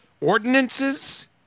ordinances